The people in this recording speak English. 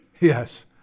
Yes